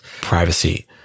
privacy